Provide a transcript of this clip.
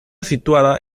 situada